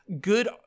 good